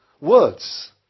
words